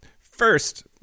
First